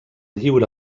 lliure